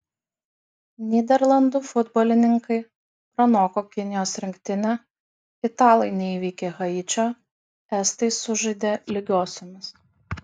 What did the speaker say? nyderlandų futbolininkai pranoko kinijos rinktinę italai neįveikė haičio estai sužaidė lygiosiomis